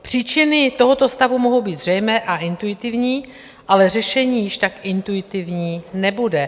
Příčiny tohoto stavu mohou být zřejmé a intuitivní, ale řešení již tak intuitivní nebude.